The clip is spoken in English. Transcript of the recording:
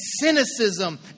cynicism